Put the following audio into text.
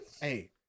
Hey